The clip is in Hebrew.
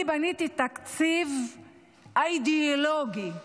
אני בניתי תקציב אידאולוגי,